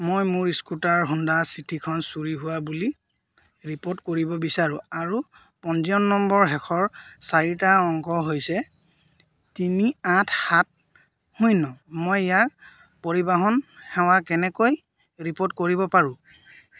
মই মোৰ scooter Honda চিটিখন চুৰি হোৱা বুলি ৰিপ'ৰ্ট কৰিব বিচাৰোঁ আৰু পঞ্জীয়ন নম্বৰৰ শেষৰ চাৰিটা অংক হৈছে তিনি আঠ সাত শূন্য মই ইয়াক পৰিবহণ সেৱাত কেনেকৈ ৰিপ'ৰ্ট কৰিব পাৰোঁ